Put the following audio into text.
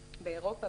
באירופה,